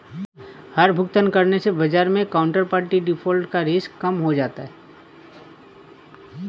हर भुगतान करने से बाजार मै काउन्टरपार्टी डिफ़ॉल्ट का रिस्क कम हो जाता है